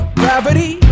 gravity